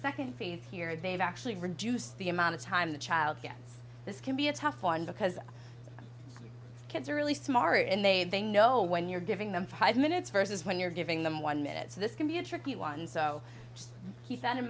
second phase here they've actually reduced the amount of time the child gets this can be a tough one because the kids are really smart and they they know when you're giving them five minutes versus when you're giving them one minute so this can be a tricky one so just keep that in